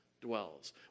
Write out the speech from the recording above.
dwells